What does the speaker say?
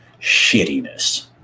shittiness